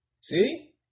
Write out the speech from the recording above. See